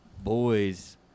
Boys